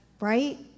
Right